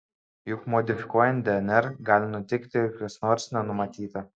juk modifikuojant dnr gali nutikti ir kas nors nenumatyta